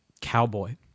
cowboy